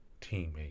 Teammate